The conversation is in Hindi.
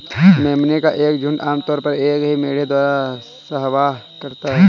मेमने का एक झुंड आम तौर पर एक ही मेढ़े द्वारा सहवास करता है